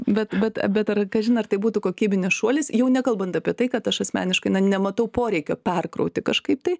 bet bet bet ar kažin ar tai būtų kokybinis šuolis jau nekalbant apie tai kad aš asmeniškai na nematau poreikio perkrauti kažkaip tai